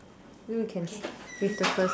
so we can start with the first